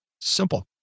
Simple